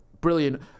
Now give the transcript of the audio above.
Brilliant